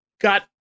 got